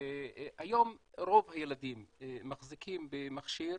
היום רוב הילדים מחזיקים במכשיר,